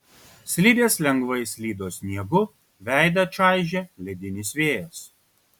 slidės lengvai slydo sniegu veidą čaižė ledinis vėjas